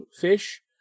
fish